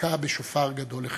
"תקע בשופר גדול לחירותנו".